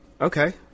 Okay